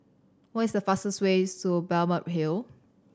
what is fastest way to Balmeg Hill